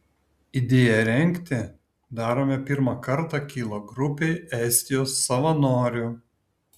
idėja rengti darome pirmą kartą kilo grupei estijos savanorių